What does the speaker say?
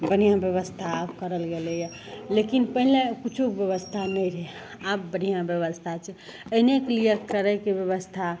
बढ़िआँ बेबस्था आब करल गेलैए लेकिन पहिले किछुके बेबस्था नहि रहै आब बढ़िआँ बेबस्था छै एहिनेके लिए करैके बेबस्था